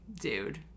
dude